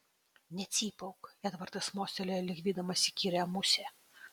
necypauk edvardas mostelėjo lyg vydamas įkyrią musę